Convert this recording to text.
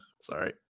Sorry